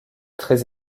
très